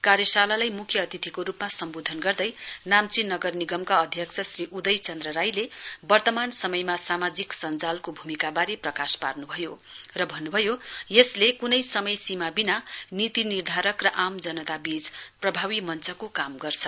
कार्यशालालाई मुख्य अतिथिको रूपमा सम्बोधन गर्दै नाम्ची नगर निगमका अध्यक्ष श्री उदय चन्द्र राईले वर्तमान समयमा सामाजिक सञ्जालको भूमिकाबारे प्रकाश पार्नभयो र भन्नभयो यसले कुनै समय सीमा बिना नीति निर्धारक र आम जनताबीच प्रभावी मञ्चको काम गर्छ